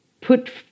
put